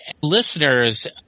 listeners